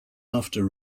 after